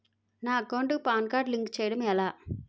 నా అకౌంట్ కు PAN card link చేయడం ఎలా?